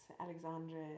Alexandra